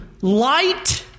light